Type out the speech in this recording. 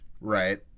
right